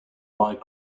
mike